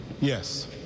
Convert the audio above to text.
Yes